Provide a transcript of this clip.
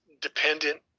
dependent